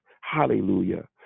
Hallelujah